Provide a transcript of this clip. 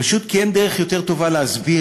פשוט כי אין דרך יותר טובה להסביר